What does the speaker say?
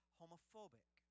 homophobic